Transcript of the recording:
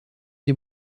die